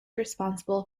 responsible